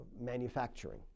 manufacturing